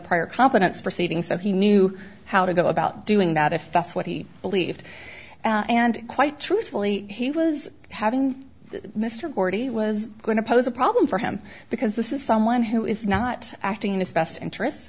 prior confidence proceeding so he knew how to go about doing that if that's what he believed and quite truthfully he was having mr gordy was going to pose a problem for him because this is someone who is not acting in this best interests